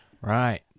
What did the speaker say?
Right